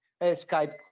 Skype